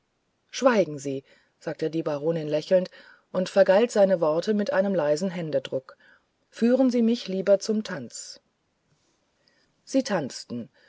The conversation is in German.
schweigen sie sagte die baronin lächelnd und vergalt seine worte mit einem leisen händedruck führen sie mich lieber zum tanz sie tanzten